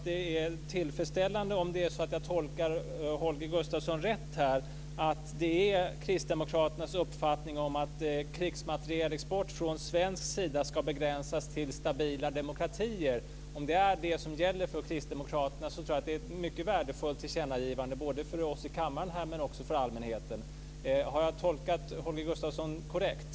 Det är tillfredsställande, om jag tolkar Holger Gustafsson rätt, att Kristdemokraternas uppfattning är att krigsmaterielexport från svensk sida ska begränsas till stabila demokratier. Om det är vad som gäller för Kristdemokraterna är det ett mycket värdefullt tillkännagivande både för oss i kammaren och för allmänheten. Har jag tolkat Holger Gustafsson korrekt?